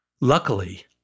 Luckily